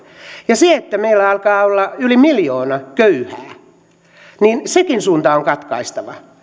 ja sekin suunta että meillä alkaa olla yli miljoona köyhää on katkaistava